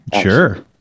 Sure